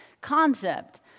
concept